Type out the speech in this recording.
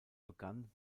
begann